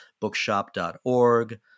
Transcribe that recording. bookshop.org